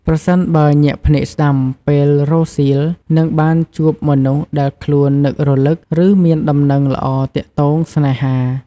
ប្រសិនបើ ញាក់ភ្នែកស្តាំ ពេលរសៀល នឹងបានជួបមនុស្សដែលខ្លួននឹករឭក ឬមានដំណឹងល្អទាក់ទងស្នេហា។